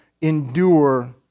endure